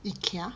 Ikea